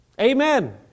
Amen